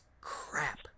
crap